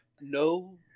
No